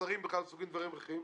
והשרים בכלל עסוקים בדברים אחרים.